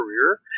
career